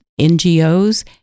NGOs